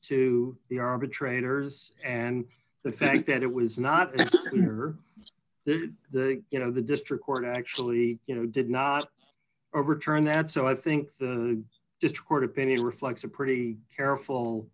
to the arbitrator's and the fact that it was not under the you know the district court actually you know did not overturn that so i think the district court opinion reflects a pretty careful